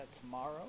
tomorrow